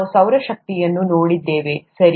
ನಾವು ಸೌರ ಶಕ್ತಿಯನ್ನು ನೋಡುತ್ತಿದ್ದೇವೆ ಸರಿ